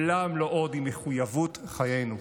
"לעולם לא עוד" היא מחויבות חיינו.